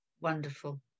Wonderful